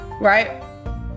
right